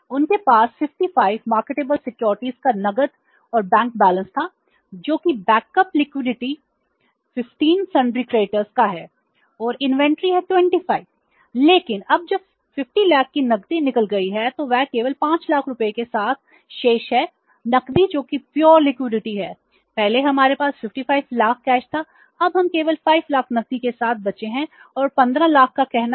उनके पास 55 marketable securities के रूप में है